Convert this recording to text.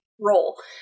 role